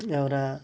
एउटा